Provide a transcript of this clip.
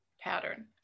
pattern